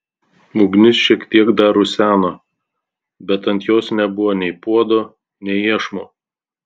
ugnis šiek tiek dar ruseno bet ant jos nebuvo nei puodo nei iešmo